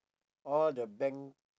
all the bank